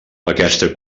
aquesta